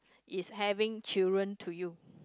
is having children to you